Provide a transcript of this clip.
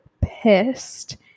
pissed